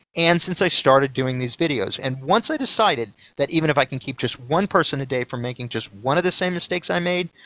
and since i started doing these videos. and once i decided that even if i can keep just one person a day from making just one of the same mistakes i made,